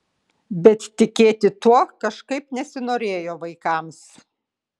bet tikėti tuo kažkaip nesinorėjo vaikams